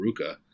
ruka